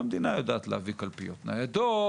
המדינה יודעת להביא קלפיות ניידות,